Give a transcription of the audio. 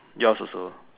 yours also